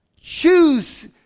Choose